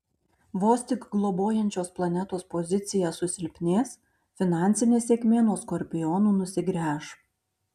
vos tik globojančios planetos pozicija susilpnės finansinė sėkmė nuo skorpionų nusigręš